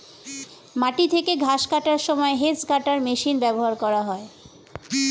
মাটি থেকে ঘাস কাটার সময় হেজ্ কাটার মেশিন ব্যবহার করা হয়